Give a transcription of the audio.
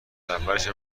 اولشم